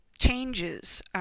changes